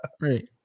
Right